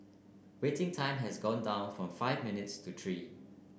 waiting time has also gone down from five minutes to three